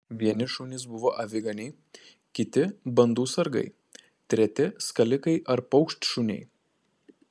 vieni šunys buvo aviganiai kiti bandų sargai treti skalikai ar paukštšuniai